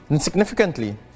Significantly